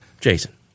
Jason